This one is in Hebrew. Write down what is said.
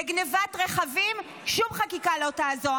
בגנבת רכבים, שום חקיקה לא תעזור.